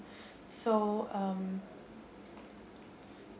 so um